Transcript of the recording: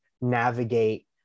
navigate